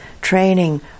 training